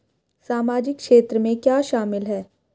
सामाजिक क्षेत्र में क्या शामिल है?